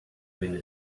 been